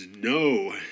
no